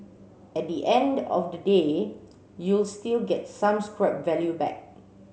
at the end of the day you'll still get some scrap value back